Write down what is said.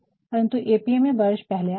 परन्तु A P A में वर्ष पहले आता है